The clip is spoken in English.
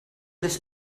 this